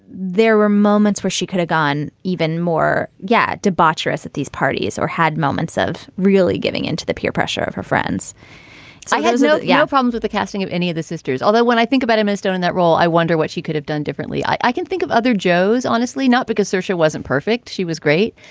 there were moments where she could have gone even more. yeah. debaucherous at these parties or had moments of really giving into the peer pressure of her friends i have so yeah no problems with the casting of any of the sisters. although when i think about him as done that role, i wonder what she could have done differently. i i can think of other joh's honestly, not because sasha wasn't perfect. she was great.